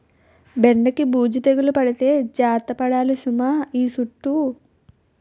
బెండకి బూజు తెగులు పడితే జాగర్త పడాలి సుమా ఈ సుట్టూ